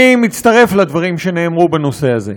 אני מצטרף לדברים שנאמרו בנושא הזה.